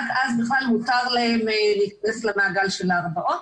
רק אז בכלל מותר להם להכנס למעגל של ההרבעות,